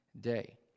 day